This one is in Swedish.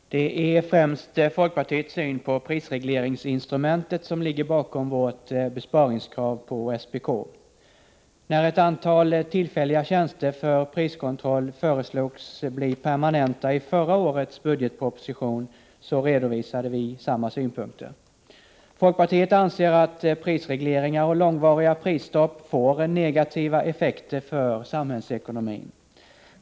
Fru talman! Det är främst folkpartiets syn på prisregleringsinstrumentet som ligger bakom vårt besparingskrav på SPK. När ett antal tillfälliga tjänster för priskontroll föreslogs bli permanenta i förra årets budgetproposition redovisade vi samma synpunkter. Folkpartiet anser att prisregleringar och långvariga prisstopp får negtiva effekter för samhällsekonomin.